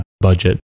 budget